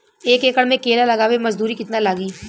एक एकड़ में केला लगावे में मजदूरी कितना लागी?